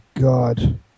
God